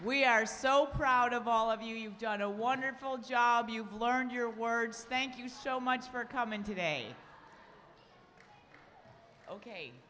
we are so proud of all of you you've done a wonderful job you've learned your words thank you so much for coming today ok